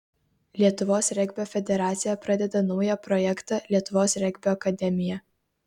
lietuvos regbio federacija pradeda naują projektą lietuvos regbio akademija